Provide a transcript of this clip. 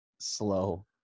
slow